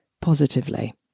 positively